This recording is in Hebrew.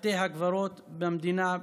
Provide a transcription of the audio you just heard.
בתי הקברות במדינה בכלל.